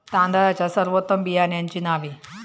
तांदळाच्या सर्वोत्तम बियाण्यांची नावे?